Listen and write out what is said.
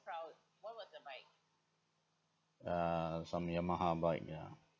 uh some yamaha bike yeah